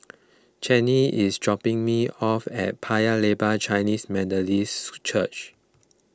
Chanie is dropping me off at Paya Lebar Chinese Methodist Church